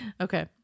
Okay